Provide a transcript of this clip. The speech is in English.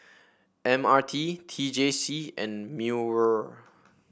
M R T T J C and MEWR